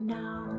now